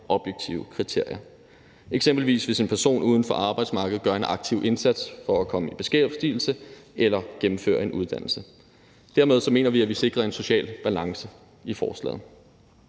objektive kriterier, eksempelvis hvis en person uden for arbejdsmarkedet gør en aktiv indsats for at komme i beskæftigelse eller gennemføre en uddannelse. Vi mener, at vi dermed sikrer en social balance i forslaget.